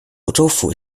州府